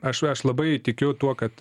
aš aš labai tikiu tuo kad